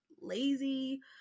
lazy